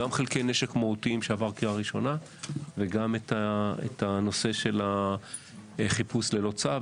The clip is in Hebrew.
גם חלקי נשק מהותיים שעבר קריאה ראשונה וגם הנושא של חיפוש ללא צו,